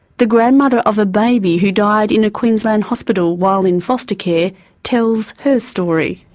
the grandmother of a baby who died in a queensland hospital while in foster care tells her story.